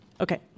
Okay